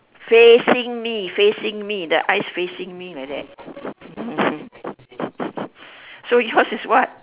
facing me facing me the eyes facing me like that so yours is what